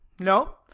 no.